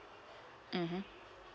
mmhmm